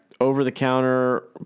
over-the-counter